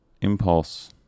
impulse